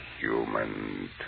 human